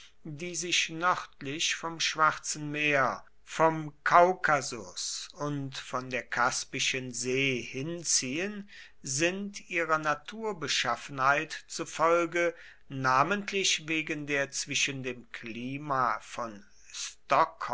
die sich nördlich vom schwarzen meer vom kaukasus und von der kaspischen see hinziehen sind ihrer naturbeschaffenheit zufolge namentlich wegen der zwischen dem klima von